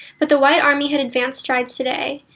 but the white army had advanced strides today,